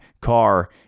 car